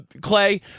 Clay